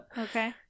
Okay